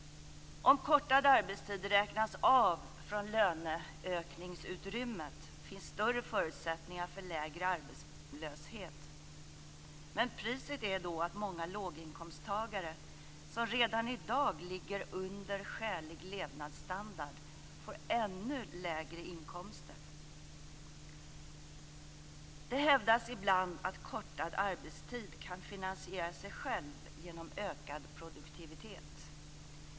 Om kortad arbetstid räknas av från löneökningsutrymmet finns större förutsättningar för lägre arbetslöshet, men priset är då att många låginkomsttagare som redan i dag ligger under skälig levnadsstandard får ännu lägre inkomster. Det hävdas ibland att kortad arbetstid kan finansiera sig själv genom ökad produktivitet.